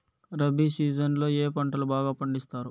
rabi season లో ఏ పంటలు బాగా పండిస్తారు